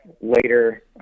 later